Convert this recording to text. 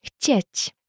chcieć